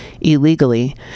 illegally